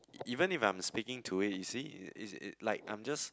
even if I'm speaking to it you see it's is like I'm just